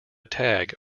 tag